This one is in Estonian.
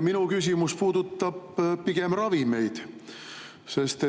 Minu küsimus puudutab pigem ravimeid, sest